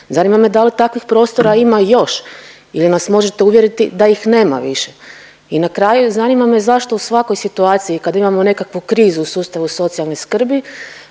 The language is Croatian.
Zanima me da li takvih prostora ima još ili nas možete uvjeriti da ih nema više. I na kraju zanima me zašto u svakoj situaciji kad imamo nekakvu krizu u sustavu socijalne skrbi,